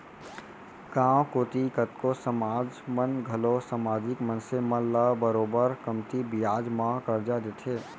गॉंव कोती कतको समाज मन घलौ समाजिक मनसे मन ल बरोबर कमती बियाज म करजा देथे